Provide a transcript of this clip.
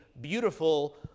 beautiful